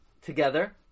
together